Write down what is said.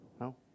No